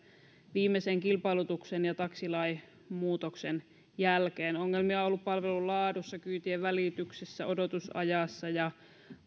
viimeisen kilpailutuksen ja taksilain muutoksen jälkeen ongelmia on on ollut palvelun laadussa kyytien välityksessä odotusajassa ja